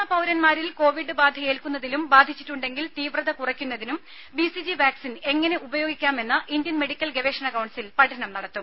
മുതിർന്ന പൌരന്മാരിൽ കോവിഡ് ബാധയേൽക്കുന്നതിലും ബാധിച്ചിട്ടുണ്ടെങ്കിൽ തീവ്രത കുറയ്ക്കുന്നതിനും ബിസിജി വാക്സിൻ എങ്ങനെ ഉപയോഗിക്കാമെന്ന് ഇന്ത്യൻ മെഡിക്കൽ ഗവേഷണ കൌൺസിൽ പഠനം നടത്തും